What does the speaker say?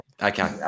Okay